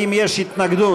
האם יש התנגדות?